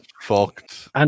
fucked